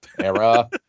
era